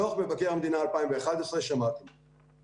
דוח מבקר המדינה 2011 שמעתם אותו,